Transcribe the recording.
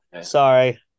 Sorry